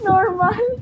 Normal